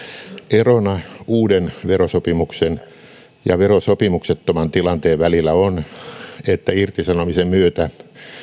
erona uuden verosopimuksen ja verosopimuksettoman tilanteen välillä on että irtisanomisen myötä